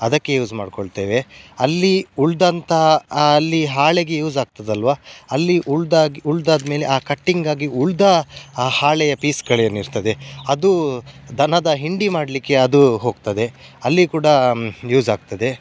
ಅದಕ್ಕೆ ಯೂಸ್ ಮಾಡಿಕೊಳ್ತೇವೆ ಅಲ್ಲಿ ಉಳಿದಂತ ಅಲ್ಲಿ ಹಾಳೆಗೆ ಯೂಸ್ ಆಗ್ತದಲ್ವಾ ಅಲ್ಲಿ ಉಳಿದಾಗಿ ಉಳಿದಾದ್ಮೇಲೆ ಆ ಕಟ್ಟಿಂಗ್ ಆಗಿ ಉಳಿದ ಆ ಹಾಳೆಯ ಪೀಸ್ಗಳೇನಿರ್ತದೆ ಅದು ದನದ ಹಿಂಡಿ ಮಾಡಲಿಕ್ಕೆ ಅದು ಹೋಗ್ತದೆ ಅಲ್ಲಿ ಕೂಡ ಯೂಸ್ ಆಗ್ತದೆ